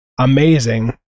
amazing